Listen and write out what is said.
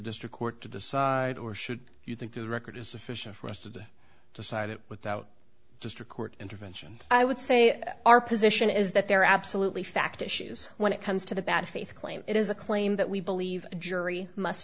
district court to decide or should you think the record is sufficient for us to decide it without just a court intervention i would say our position is that there are absolutely fact issues when it comes to the bad faith claim it is a claim that we believe a jury must